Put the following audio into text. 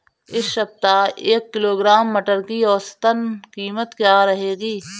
इस सप्ताह एक किलोग्राम मटर की औसतन कीमत क्या रहेगी?